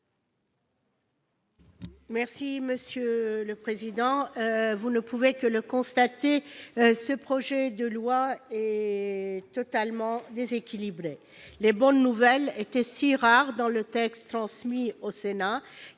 Mes chers collègues, vous ne pouvez que le constater, ce projet de loi est totalement déséquilibré. Les bonnes nouvelles étaient si rares dans le texte transmis au Sénat